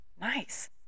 Nice